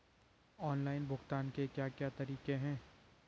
Online भुगतान के क्या क्या तरीके हैं?